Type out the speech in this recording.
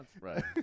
Right